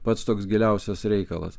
pats toks giliausias reikalas